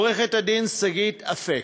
עורכת-הדין שגית אפיק.